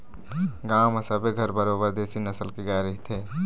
गांव म सबे घर बरोबर देशी नसल के गाय रहिथे